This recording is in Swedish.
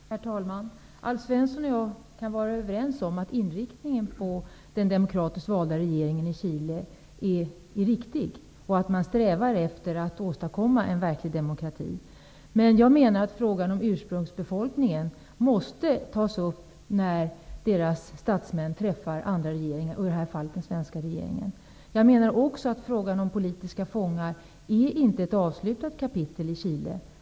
Herr talman! Alf Svensson och jag kan vara överens om att inriktningen på den demokratiskt valda regeringen i Chile är riktig och att man strävar efter att åstadkomma en verklig demokrati. Men jag menar att frågan om ursprungsbefolkningen måste tas upp när deras statsmän träffar andra regeringar, och i det här fallet den svenska regeringen. Jag menar också att frågan om politiska fångar inte är ett avslutat kapitel i Chile.